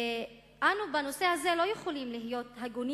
אנו בנושא הזה לא יכולים להיות הגונים